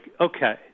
okay